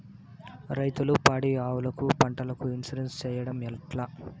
రైతులు పాడి ఆవులకు, పంటలకు, ఇన్సూరెన్సు సేయడం ఎట్లా?